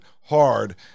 hard